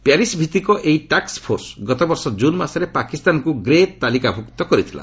Paris ଭିତ୍ତିକ ଏହି task force ଗତବର୍ଷ କୁନ୍ ମାସରେ ପାକିସ୍ତାନକୁ ଗ୍ରେ ତାଲିକାଭୁକ୍ତ କରିଥିଲା